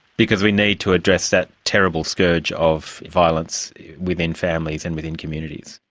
because we need to address that terrible scourge of violence within families and within communities.